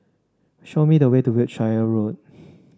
show me the way to Wiltshire Road